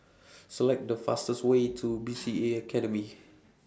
Select The fastest Way to B C A Academy